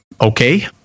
okay